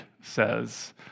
says